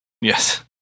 Yes